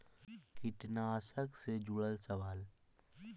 कीटनाशक से जुड़ल सवाल?